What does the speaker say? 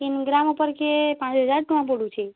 ତିନ୍ ଗ୍ରାମ୍ ଉପର୍ କେ ପାଞ୍ଚହଜାର୍ ଟଙ୍କା ପଡ଼ୁଛି